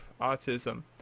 autism